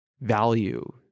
value